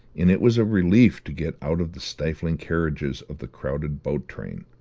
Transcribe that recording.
and it was a relief to get out of the stifling carriages of the crowded boat train,